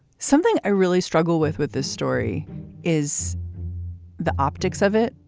something i really struggle with with this story is the optics of it.